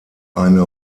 eine